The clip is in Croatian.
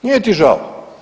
Nije ti žao.